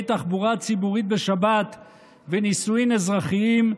תחבורה ציבורית בשבת ונישואים אזרחיים,